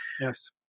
Yes